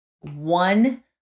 One